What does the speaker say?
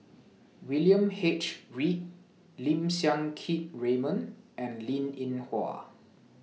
William H Read Lim Siang Keat Raymond and Linn in Hua